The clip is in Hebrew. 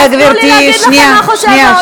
אז תנו לי להגיד לכם מה חושב העולם.